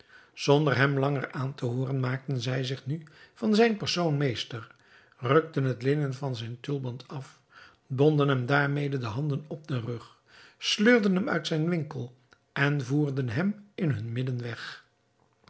zonder hem langer aan te hooren maakten zij zich nu van zijn persoon meester rukten het linnen van zijn tulband af bonden hem daarmede de handen op den rug sleurden hem uit zijn winkel en voerden hem in hun midden